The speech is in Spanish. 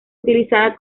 utilizada